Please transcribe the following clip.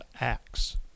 acts